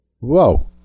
Whoa